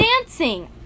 dancing